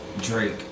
Drake